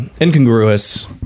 incongruous